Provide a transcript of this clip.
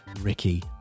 Ricky